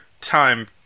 time